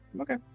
Okay